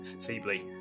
feebly